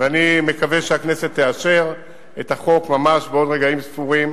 ואני מקווה שהכנסת תאשר את החוק ממש בעוד רגעים ספורים,